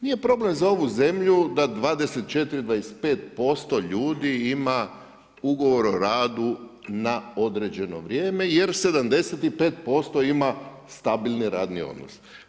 Nije problem za ovu zemlju da 24, 25% ljudi ima ugovor o radu na određeno vrijeme jer 75% ima stabilni radni odnos.